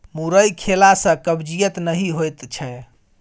मुरइ खेला सँ कब्जियत नहि होएत छै